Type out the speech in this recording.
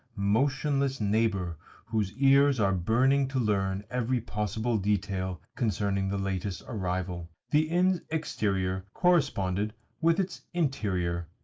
motionless neighbour whose ears are burning to learn every possible detail concerning the latest arrival. the inn's exterior corresponded with its interior.